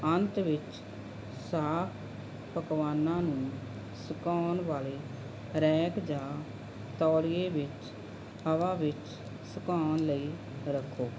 ਅੰਤ ਵਿੱਚ ਸਾਫ ਪਕਵਾਨਾਂ ਨੂੰ ਸੁਕਾਉਣ ਵਾਲੇ ਰੈਕ ਜਾਂ ਤੌਲੀਏ ਵਿੱਚ ਹਵਾ ਵਿੱਚ ਸੁਕਾਉਣ ਲਈ ਰੱਖੋ